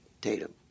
tatum